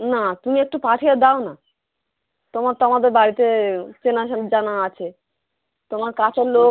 না তুমি একটু পাঠিয়ে দাও না তোমার তো আমাদের বাড়িতে চেনা জানা আছে তোমার কাছের লোক